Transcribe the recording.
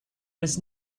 was